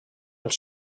els